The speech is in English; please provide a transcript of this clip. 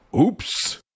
Oops